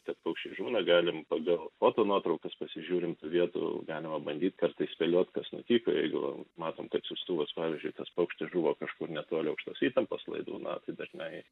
kad paukščiai žūna galim pagal foto nuotraukas pasižiūrim tų vietų galima bandyt kartais spėliot kas nutiko jeigu matom kad siųstuvas pavyzdžiui tas paukštis žūvo kažkur netoli aukštos įtampos laidų na tai dažnai